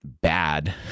bad